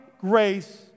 grace